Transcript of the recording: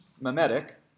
mimetic